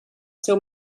seu